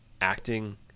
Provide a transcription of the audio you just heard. acting